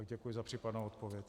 Děkuji za případnou odpověď.